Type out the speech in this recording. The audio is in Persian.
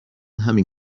همین